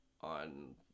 on